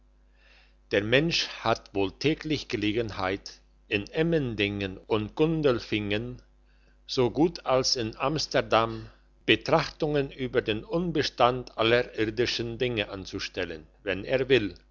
der mensch hat wohl täglich gelegenheit in emmendingen und gundelfingen so gut als in amsterdam betrachtungen über den unbestand aller irdischen dinge anzustellen wenn er will